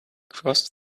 crossed